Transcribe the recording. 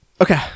Okay